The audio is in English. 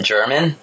German